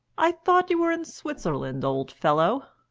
i thought you were in switzerland, old fellow!